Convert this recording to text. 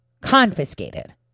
confiscated